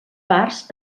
parts